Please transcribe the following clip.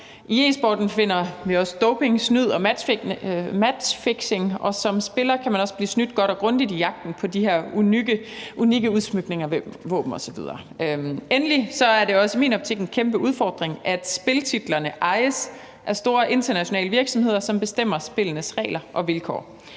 I e-sporten finder vi også doping, snyd og matchfixing, og som spiller kan man også blive snydt godt og grundigt i jagten på de her unikke udsmykninger med våben osv. Endelig er det i min optik også en kæmpe udfordring, at spiltitlerne ejes af store internationale virksomheder, som bestemmer spillenes regler og vilkår.